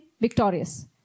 victorious